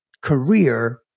career